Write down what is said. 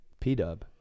P-Dub